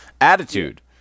attitude